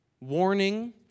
warning